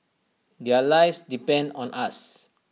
their lives depend on us